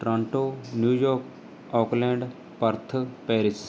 Toronto New York Auckland Perth Paris